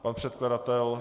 Pan předkladatel?